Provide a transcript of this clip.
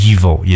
Evil